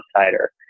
outsider